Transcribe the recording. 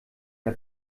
der